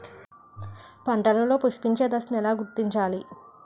పంటలలో పుష్పించే దశను ఎలా గుర్తించాలి?